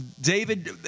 David